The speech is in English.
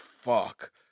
fuck